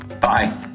Bye